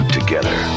together